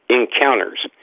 encounters